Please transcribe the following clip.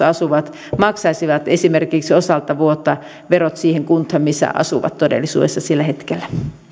asuvat maksaisivat esimerkiksi osalta vuotta verot siihen kuntaan missä asuvat todellisuudessa sillä hetkellä